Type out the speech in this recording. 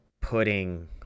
pudding